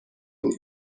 بود